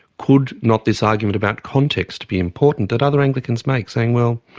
could not this argument about context be important that other anglicans make, saying, well,